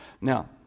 Now